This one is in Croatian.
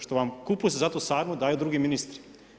Što vam kupus za tu sarmu daju drugi ministri.